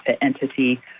entity